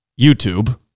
YouTube